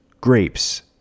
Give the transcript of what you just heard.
grapes